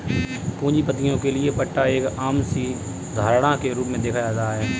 पूंजीपतियों के लिये पट्टा एक आम सी धारणा के रूप में देखा जाता है